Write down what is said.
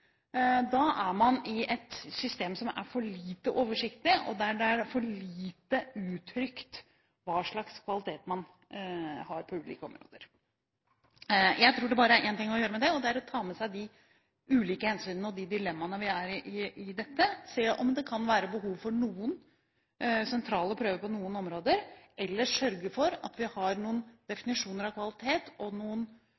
er man i et system som er for lite oversiktlig, og der det er for lite uttrykt hva slags kvalitet man har på ulike områder. Jeg tror det bare er én ting å gjøre med det: å ta med seg de ulike hensynene og de dilemmaene vi har her. Vi må se på om det kan være behov for sentrale prøver på noen områder, eller sørge for at vi har noen